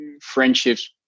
friendships